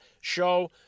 show